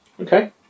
okay